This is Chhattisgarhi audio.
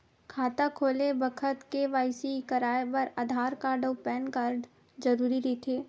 खाता खोले के बखत के.वाइ.सी कराये बर आधार कार्ड अउ पैन कार्ड जरुरी रहिथे